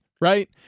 right